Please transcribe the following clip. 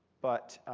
but